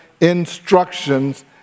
instructions